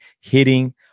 hitting